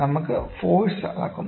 നമ്മൾ ഫോഴ്സ് അളക്കുന്നു